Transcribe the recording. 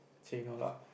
take no lah